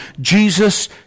Jesus